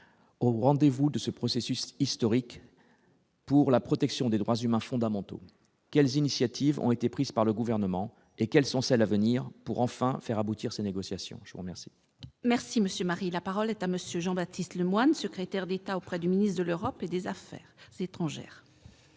au rendez-vous de ce processus historique pour la protection des droits humains fondamentaux quelles initiatives ont été prises par le gouvernement et quelles sont celles à venir pour enfin faire aboutir ces négociations, je vous remercie. Merci monsieur Marie, la parole est à monsieur Jean-Baptiste Lemoyne, secrétaire d'État auprès du ministre de l'Europe et des affaires s'étrangère.